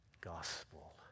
gospel